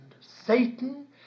Satan